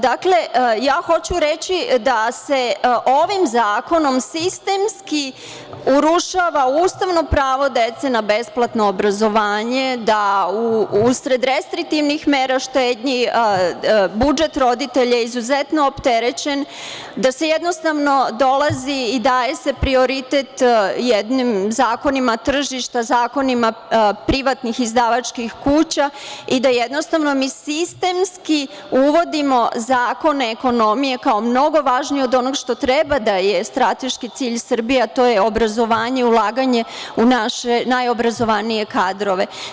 Dakle, hoću reći da se ovim zakonom sistemski urušava ustavno pravo dece na besplatno obrazovanje, da usled restriktivnih mera štednje budžet roditelja izuzetno opterećen, da se jednostavno dolazi i daje se prioritet jednim zakonima tržišta, zakonima privatnih izdavačkih kuća i da jednostavno mi sistemski uvodimo zakone ekonomije, kao mnogo važnije od onog što treba da je strateški cilj Srbije, a to je obrazovanje, ulaganje u naše najobrazovanije kadrove.